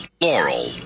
Laurel